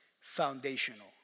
foundational